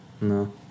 No